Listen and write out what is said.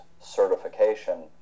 certification